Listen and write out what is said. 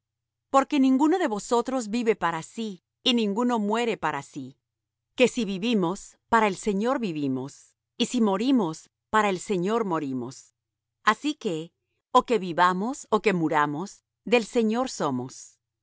porque ninguno de nosotros vive para sí y ninguno muere para sí que si vivimos para el señor vivimos y si morimos para el señor morimos así que ó que vivamos ó que muramos del señor somos